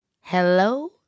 Hello